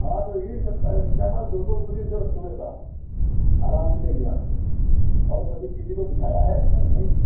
हाँ तो येही सब पैरासिटामॉल दो दो गोली लो सुबह शाम आराम मिलेगी आपको और कभी किसी को दिखाया है या नहीं